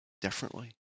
differently